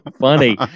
funny